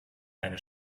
eine